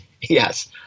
yes